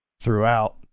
throughout